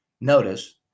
notice